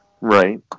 Right